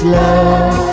love